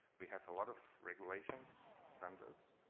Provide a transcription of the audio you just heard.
we have a lot of regulations, standards